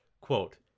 Quote